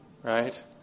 right